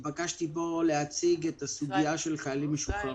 התבקשתי להציג את הסוגיה של חיילים בודדים.